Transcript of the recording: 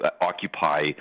occupy